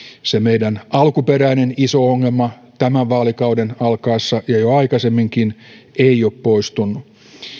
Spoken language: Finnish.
se meidän alkuperäinen iso ongelmamme tämän vaalikauden alkaessa ja jo aikaisemminkin ei ole poistunut